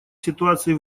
ситуации